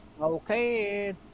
Okay